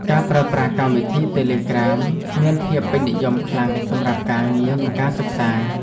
ការប្រើប្រាស់កម្មវិធីតេឡេក្រាម មានភាពពេញនិយមខ្លាំងសម្រាប់ការងារ និងការសិក្សា។